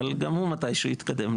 אבל גם הוא מתישהו יתקדם.